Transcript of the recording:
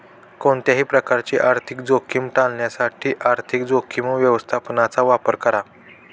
कोणत्याही प्रकारची आर्थिक जोखीम टाळण्यासाठी आर्थिक जोखीम व्यवस्थापनाचा वापर करा